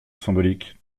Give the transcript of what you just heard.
symbolique